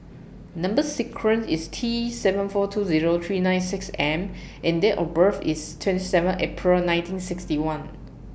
Number sequence IS T seven four two Zero three nine six M and Date of birth IS twenty seven April nineteen sixty one